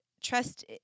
trust